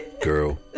Girl